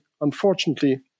Unfortunately